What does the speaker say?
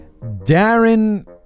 Darren